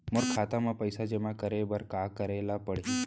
मोर खाता म पइसा जेमा करे बर का करे ल पड़ही?